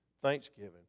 Thanksgiving